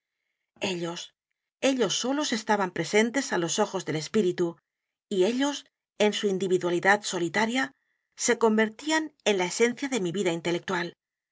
ellos ellos solos estaban presentes á los ojos del espíritu y ellos en su individualidad solitaria se convertían en la esencia de mi vida intelectual